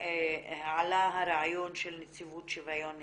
עלה הרעיון של נציבות שוויון הזדמנויות,